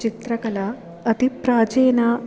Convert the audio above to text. चित्रकला अतिप्राचीना